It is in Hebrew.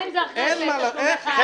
ומה אם זה אחרי תשלום אחד?